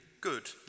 good